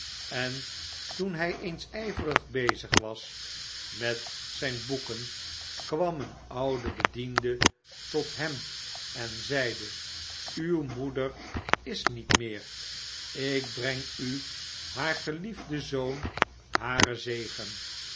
en toen hy eens yverig bezig was met zyn boeken kwam een oude bediende tot hem en zeide uw moeder is niet meer ik breng u haar geliefden zoon haren zegent